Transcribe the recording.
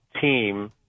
team